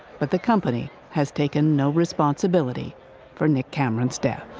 but the company has taken no responsibility for nick cameron's death.